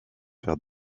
faire